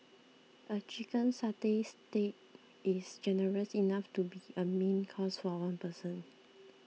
a Chicken Satay Stick is generous enough to be a main course for one person